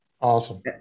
Awesome